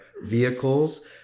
vehicles